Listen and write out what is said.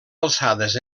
alçades